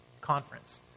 conference